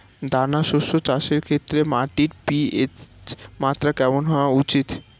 দানা শস্য চাষের ক্ষেত্রে মাটির পি.এইচ মাত্রা কেমন হওয়া উচিৎ?